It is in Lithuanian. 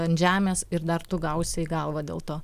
ant žemės ir dar tu gausi į galvą dėl to